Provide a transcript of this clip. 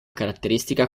caratteristica